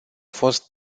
fost